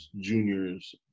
juniors